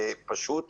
זה פשוט